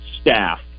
staff